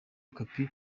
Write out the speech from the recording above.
okapi